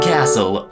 Castle